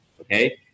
okay